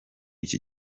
iki